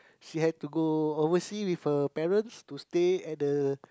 she had to go oversea with her parents to stay at the